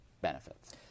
benefits